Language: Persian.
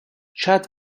شاید